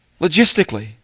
logistically